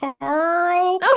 carl